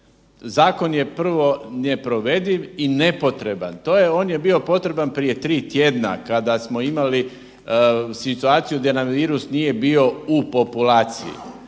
Zakon je prvo neprovediv i nepotreban, on je bio potreban prije tri tjedna kada smo imali situaciju gdje nam virus nije bio u populaciji